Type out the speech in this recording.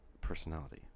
personality